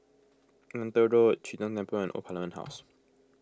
Neythal Road Chee Tong Temple and Old Parliament House